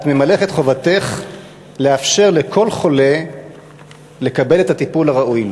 את ממלאת את חובתך לאפשר לכל חולה לקבל את הטיפול הראוי לו?